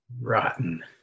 Rotten